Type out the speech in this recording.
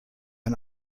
ein